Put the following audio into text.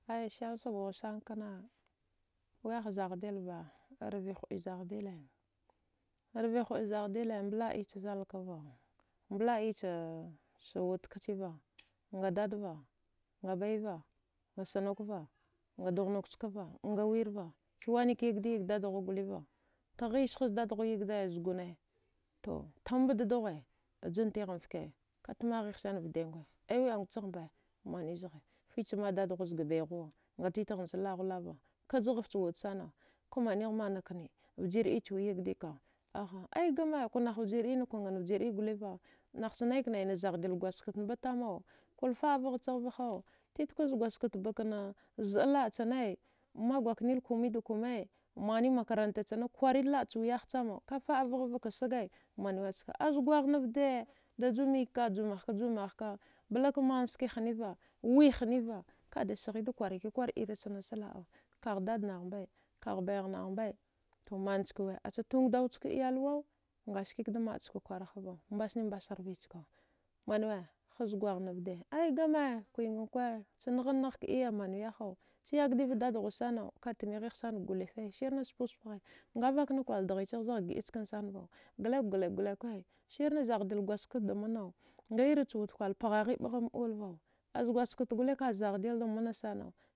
A shill shiga ghi kena, wiyaha zadila ba rvi huɗa am zhadile, rvi hwda an zhadile mba ulaha iye cha zala ka va, mbalaba iye ca wudka va, a dada va aga bayava ga sunuka, aga dughwa nuke a wire va, ce wane ka yagidi yagi a dadava, tighissa za dadaghu yagidiya zugwani ti timha da deghwa djin tighe mba fke, ga tmagha he ghe sani vadgwe a a angwaci mba mane zaha fici ma'a ga dadghu za bayahu a tit naci vad luwa lava kzdja haye ci wud sani mane mane ke nde vjiye diya ce wi ygidiyaka aha aya gma kwangha jvu diya, kungha vjru diyava ca nay ja nay zadile gwazkafte mbd tama kure fdavaghacivagha titkwe za gwazikafte baka na zida laba cina magugu naya kome kome, mane makaranta cina kwari laba wiyaha tama ka faɗava ka ga shiga ska, za gwaha na fvida da ju vagha ka, ju vika, juvaghaka balla ka mne stski gheniva wi heniva ka da sihida kwaraki kwara nche laba ka dadanaha mba, ka bayanaha ba mnace wi, ce tugwduwaka, iyalwa a ski mna da da kwarava manewe za gwaha. Aya gma kwige kwa ce naha naha iye mane we kha, yagadi va dadnuwa sani ka ghe timi- tima he ha sanu kuli sire na sapo sapo he, avka nan kwla dihihiva ski zza gida chi sani, dlakwi dlakwe svre na zadafe gwanzkafte da mna. Iri ce wud gwre bopahi ɗgha ulava aza gwazkafte ka zghdile da mna sana